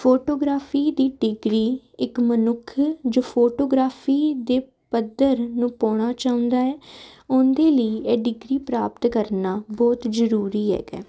photography ਦੀ degree ਇੱਕ ਮਨੁੱਖ ਜੋ ਫੋਟੋਗ੍ਰਾਫੀ ਦੇ ਪੱਧਰ ਨੂੰ ਪਾਉਣਾ ਚਾਹੁੰਦਾ ਹੈ ਉਹਦੇ ਲਈ ਇਹ ਡਿਗਰੀ ਪ੍ਰਾਪਤ ਕਰਨਾ ਬਹੁਤ ਜ਼ਰੂਰੀ ਹੈਗਾ